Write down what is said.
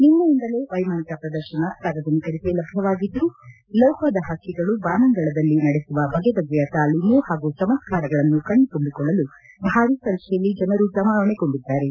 ನಿನ್ನೆಯಿಂದಲೇ ವ್ಯೆಮಾನಿಕ ಪ್ರದರ್ಶನ ಸಾರ್ವಜನಿಕರಿಗೆ ಲಭ್ಯವಾಗಿದ್ದು ಲೋಹದ ಹಕ್ಕಿಗಳು ಬಾನಂಗಳದಲ್ಲಿ ನಡೆಸುವ ಬಗೆ ಬಗೆಯ ತಾಲೀಮು ಹಾಗೂ ಚಮತ್ಕಾರಗಳನ್ನು ಕಣ್ಣು ತುಂಬಿಕೊಳ್ಳಲು ಭಾರಿ ಸಂಖ್ಯೆಯಲ್ಲಿ ಜನರು ಹೆಚ್ಚಿನ ಸಂಖ್ಯೆಯಲ್ಲಿ ಜಮಾವಣೆಗೊಂಡಿದ್ದಾರೆ